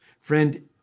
Friend